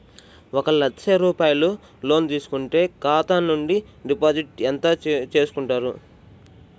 ఒక లక్ష రూపాయలు లోన్ తీసుకుంటే ఖాతా నుండి డిపాజిట్ ఎంత చేసుకుంటారు?